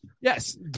Yes